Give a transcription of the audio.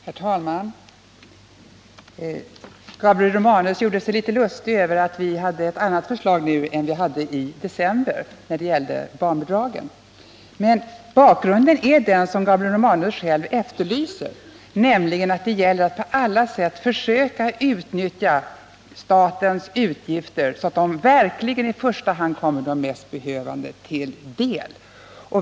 Herr talman! Gabriel Romanus gjorde sig litet lustig över att vi hade ett annat förslag nu än vi hade i december när det gällde barnbidragen. Men bakgrunden är den som Gabriel Romanus själv efterlyser, nämligen att det gäller att på alla sätt försöka utnyttja statens medel så att de verkligen i första hand kommer de mest behövande till del.